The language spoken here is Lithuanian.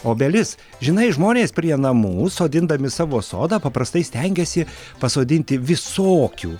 obelis žinai žmonės prie namų sodindami savo sodą paprastai stengiasi pasodinti visokių